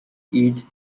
each